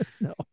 No